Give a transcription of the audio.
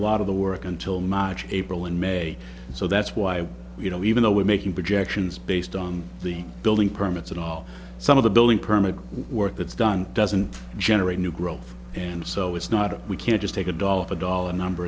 lot of the work until march april and may so that's why you know even though we're making projections based on the building permits and all some of the building permit work that's done doesn't generate new growth and so it's not we can't just take a dollar for dollar number